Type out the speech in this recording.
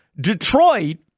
Detroit